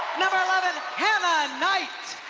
number eleven, hannah knight.